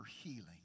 healing